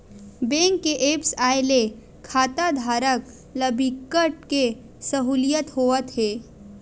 bank के apps आए ले खाताधारक ल बिकट के सहूलियत होवत हे